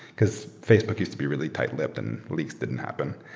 because facebook used to be really tightlipped and leaks didn't happen,